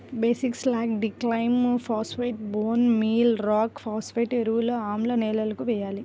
basic slag, డిక్లైమ్ phosphate, bone meal rock phosphate ఎరువులను ఆమ్ల నేలలకు వేయాలి